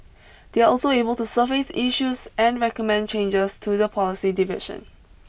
they are also able to surface issues and recommend changes to the policy division